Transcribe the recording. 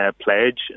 pledge